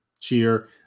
cheer